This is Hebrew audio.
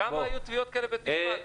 כמה היו תביעות כאלה בבית-משפט?